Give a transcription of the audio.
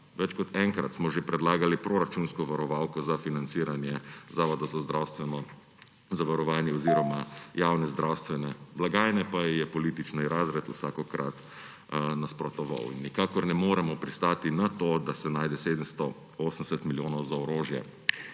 Več kot enkrat smo že predlagali proračunsko varovalko za financiranje Zavoda za zdravstveno zavarovanje oziroma javne zdravstvene blagajne, pa ji je politični razred vsakokrat nasprotoval. Nikakor ne moremo pristati na to, da se najde 780 milijonov za orožje